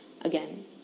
again